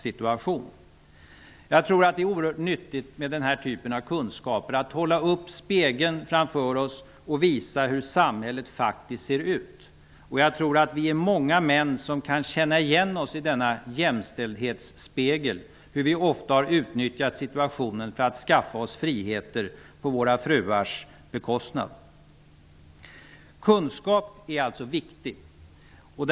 Det är oerhört nyttigt med den här typen av kunskaper och att vi håller upp spegeln framför oss och visar hur samhället faktiskt ser ut. Jag tror att vi är många män som kan känna igen oss i denna jämställdhetsspegel, t.ex. i att vi ofta har utnyttjat situationen till att skaffa oss friheter på våra fruars bekostnad. Det är alltså viktigt med kunskap.